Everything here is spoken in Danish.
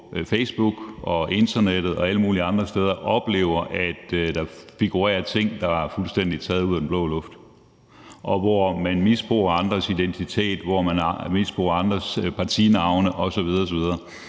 Facebook og internettet og alle mulige andre steder oplever, at der figurerer ting, der er fuldstændig taget ud af den blå luft, og hvor man misbruger andres identitet, hvor man misbruger andres partinavne osv.